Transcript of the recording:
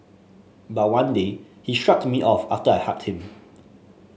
but one day he shrugged me off after I hugged him